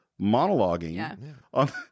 monologuing